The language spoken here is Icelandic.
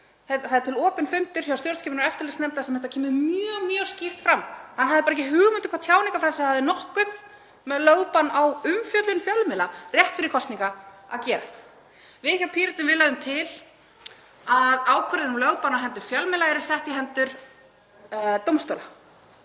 Það er til opinn fundur hjá stjórnskipunar- og eftirlitsnefnd þar sem kemur mjög skýrt fram að hann hafði ekki hugmynd um að tjáningarfrelsi hefði nokkuð með lögbann á umfjöllun fjölmiðla rétt fyrir kosningar að gera. Við hjá Pírötum lögðum til að ákvörðun um lögbann á hendur fjölmiðlum yrði sett í hendur dómstóla,